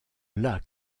lac